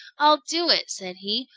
i'll do it, said he.